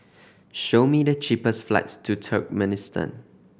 show me the cheapest flights to Turkmenistan